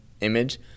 image